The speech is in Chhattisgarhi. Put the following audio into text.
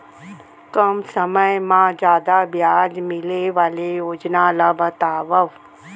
कम समय मा जादा ब्याज मिले वाले योजना ला बतावव